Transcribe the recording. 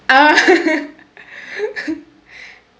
ah